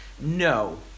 No